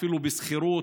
אפילו בשכירות,